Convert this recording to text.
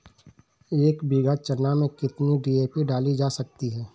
एक बीघा चना में कितनी डी.ए.पी डाली जा सकती है?